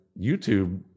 YouTube